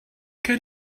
can